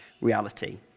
reality